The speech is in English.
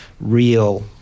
real